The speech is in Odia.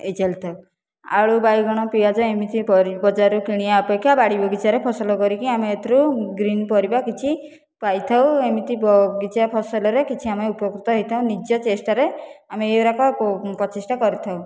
ହୋଇ ଚାଲିଥାଉ ଆଳୁ ବାଇଗଣ ପିଆଜ ଏମିତି ପରି ବଜାରରେ କିଣିବା ଅପେକ୍ଷା ବାଡ଼ି ବଗିଚାରେ ଫସଲ କରିକି ଆମେ ଏଥିରୁ ଗ୍ରୀନ ପରିବା କିଛି ପାଇଥାଉ ଏମିତି କିଛିଟା ଫସଲରେ କିଛି ଆମେ ଉପକୃତ ହୋଇଥାଉ ନିଜ ଚେଷ୍ଟାରେ ଆମେ ଏ ଗୁଡ଼ାକ ପ୍ରଚେଷ୍ଟା କରିଥାଉ